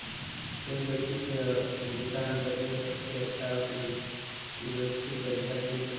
कोई व्यक्ति के भुगतान करे क सबसे अच्छा आउर सुरक्षित तरीका चेक हउवे